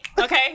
Okay